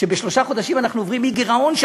שבשלושה חודשים אנחנו עוברים מגירעון של